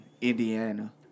Indiana